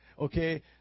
okay